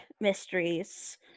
mysteries